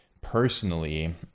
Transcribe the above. personally